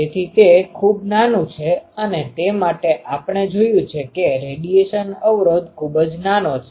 તેથી તે ખૂબ નાનું છે અને તે માટે આપણે જોયું છે કે રેડીયેશન અવરોધ ખૂબ જ નાનો છે